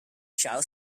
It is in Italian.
ciao